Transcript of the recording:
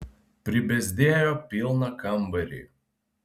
pribezdėjo pilną kambarį